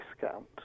discount